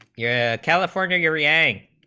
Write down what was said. yeah california yuri a